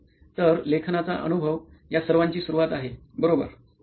तर लेखनाचा अनुभव या सर्वाची सुरुवात आहे बरोबर